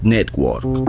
Network